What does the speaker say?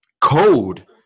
code